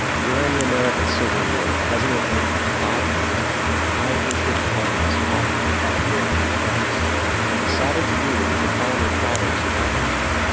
during the american civil war president lincoln bypassed the high interest loans offered by the european banks and decided to do what the founding fathers advocated.